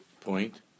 point